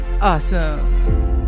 awesome